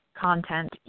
content